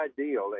ideal